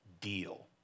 deal